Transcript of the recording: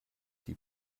die